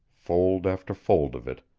fold after fold of it,